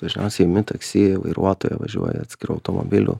dažniausiai imi taksi vairuotoją važiuoji atskiru automobiliu